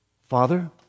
Father